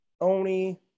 Oni